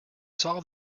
saw